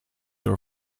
your